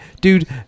Dude